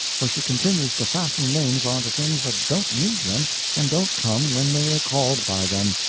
for she continues to fasten names on to things that don't need them and don't come when they are called by them,